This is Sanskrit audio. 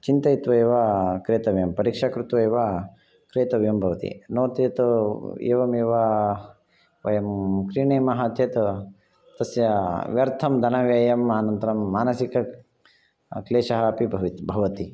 चिन्तयित्वा एव क्रेतव्यं परीक्षा कृत्वा एव क्रेतव्यं भवति नो चेत् एवमेव वयं क्रीणीमः चेत् तस्य व्यर्थं धनव्ययम् अनन्तरं मानसिकक्लेशः अपि भवि भवति